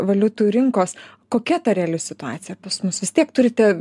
valiutų rinkos kokia ta reali situacija pas mus vis tiek turite